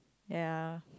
ya